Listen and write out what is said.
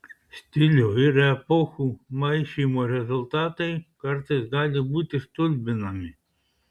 stilių ir epochų maišymo rezultatai kartais gali būti stulbinami